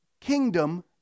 kingdom